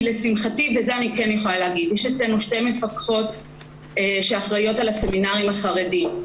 יש אצלנו שתי מפקחות שאחראיות על הסמינרים החרדים.